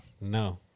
No